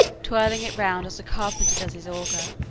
twirling it round as a carpenter does his auger.